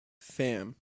fam